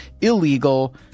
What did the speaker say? illegal